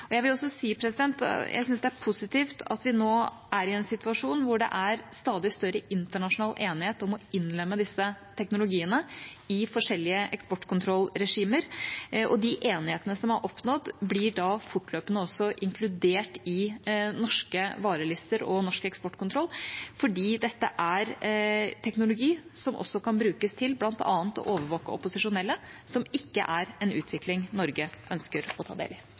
Jeg vil også si at jeg syns det er positivt at vi nå er i en situasjon hvor det er stadig større internasjonal enighet om å innlemme disse teknologiene i forskjellige eksportkontrollregimer. De enighetene som er oppnådd, blir fortløpende også inkludert i norske varelister og norsk eksportkontroll, for dette er teknologi som også kan brukes til bl.a. å overvåke opposisjonelle, noe som ikke er en utvikling Norge ønsker å ta del i.